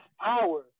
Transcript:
power